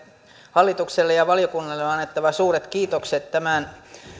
hallitukselle ja valiokunnalle on annettava suuret kiitokset tämän